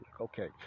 Okay